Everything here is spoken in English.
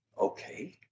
Okay